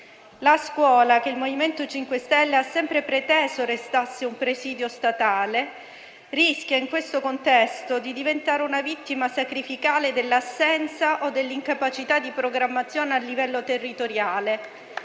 La scuola, che il MoVimento 5 Stelle ha sempre preteso restasse un presidio statale, rischia in questo contesto di diventare una vittima sacrificale dell'assenza o dell'incapacità di programmazione a livello territoriale